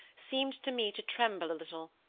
seemed to me to tremble a little.